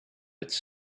its